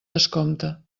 descompte